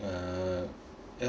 uh ya